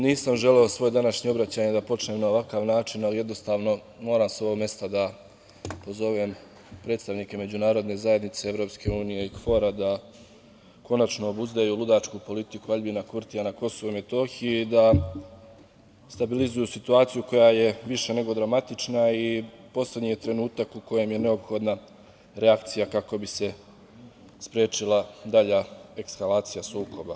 Nisam želeo svoje današnje obraćanje da počnem na ovakav način, ali jednostavno moram sa ovog mesta da pozovem predstavnike međunarodne zajednice, Evropske unije i KFOR-a da konačno obuzdaju ludačku politiku Aljbina Kurtija na Kosovu i Metohiji, da stabilizuju situaciju koja je više nego dramatična i poslednji je trenutak u kojem je neophodna reakcija kako bi se sprečila dalja eskalacija sukoba.